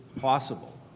possible